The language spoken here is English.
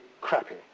crappy